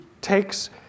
takes